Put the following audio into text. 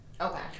Okay